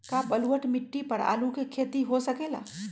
का बलूअट मिट्टी पर आलू के खेती हो सकेला?